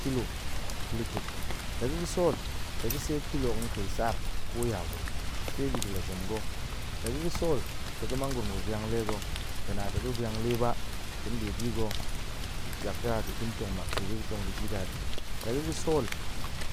Kilo galutuk, la ga̱ ga̱ sol tong ga̱ seet kilo hok tong kai saar ko yagurum se bi ga̱ la zem ga̱, la ga̱ ga̱ sol, tong ga̱ mang gurum ga̱ vwan le ga̱, ga̱ na tong ga̱ vwan le ba, ga̱n ɗe bi ga̱, tyak ga̱ a ga̱ ga̱n tong mak tong ga̱ jidadi, la ga̱ ga̱ sol,